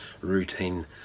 routine